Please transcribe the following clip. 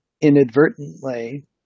inadvertently